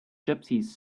gypsies